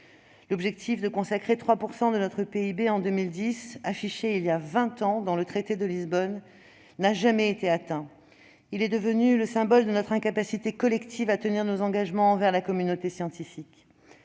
L'objectif de consacrer 3 % de notre PIB à la recherche, affiché voilà vingt ans dans le cadre du traité de Lisbonne, n'a jamais été atteint. Il est devenu le symbole de notre incapacité collective à tenir nos engagements envers la communauté scientifique.